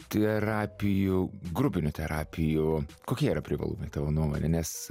terapijų grupinių terapijų kokie yra privalumai tavo nuomone nes